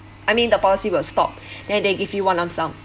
I mean the policy will stop then they give you one lump sum